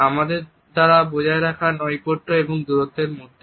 আমাদের দ্বারা বজায় রাখা নৈকট্য এবং দূরত্বের মধ্যে